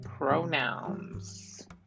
pronouns